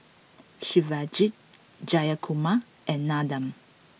Shivaji Jayakumar and Nandan